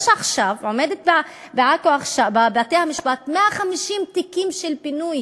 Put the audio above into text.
עומדים עכשיו בבתי-המשפט 150 תיקים של פינוי